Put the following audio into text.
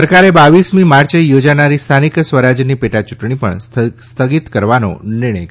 સરકારે બાવીસી માર્ચે યોજાનારી સ્થાનીક સ્વરાજ્યની પેટાચૂંટણી પણ સ્થગિત કરવાનો નિર્ણય કર્યો છે